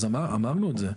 אז אמרנו את זה.